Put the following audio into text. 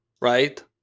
Right